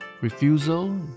refusal